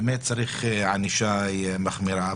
ובאמת צריך ענישה מחמירה.